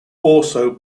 also